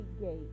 gate